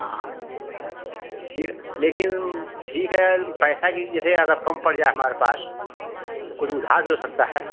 हाँ तो ठीक है लेकिन ठीक है पैसा की जैसे अगर कम पड़ जाए हमारे पास तो कुछ उधार भी हो सकता है